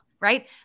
right